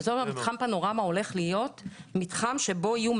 מתחם פנורמה הולך להיות מתחם שיהיו בו